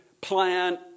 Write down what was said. plan